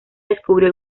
descubrió